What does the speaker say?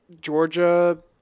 Georgia